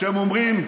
כשהם אומרים,